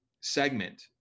segment